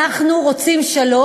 אנחנו רוצים שלום,